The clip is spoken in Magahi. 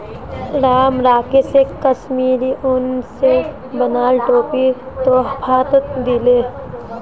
राम राकेशक कश्मीरी उन स बनाल टोपी तोहफात दीले